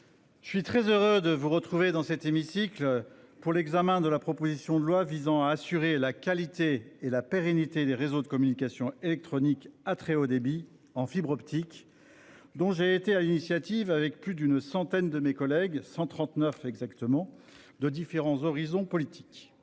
je suis très heureux de vous retrouver aujourd'hui dans cet hémicycle pour examiner la proposition de loi visant à assurer la qualité et la pérennité des réseaux de communications électroniques à très haut débit en fibre optique, dont j'ai été à l'initiative, avec plus d'une centaine de mes collègues- 139 pour être exact -, de différents horizons politiques.